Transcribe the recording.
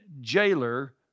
jailer